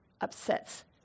upsets